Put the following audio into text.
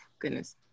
goodness